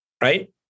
Right